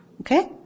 Okay